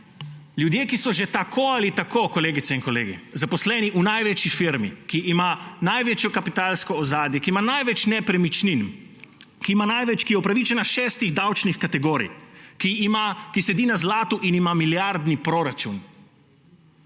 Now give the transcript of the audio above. Ljudje, ki so že tako ali tako, kolegice in kolegi, zaposleni v največji firmi, ki ima največjo kapitalsko ozadje, ki ima največ nepremičnin, ki je upravičena šestih davčnih kategorij, ki sedi na zlatu in ima milijardni proračun,